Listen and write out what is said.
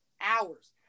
hours